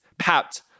papped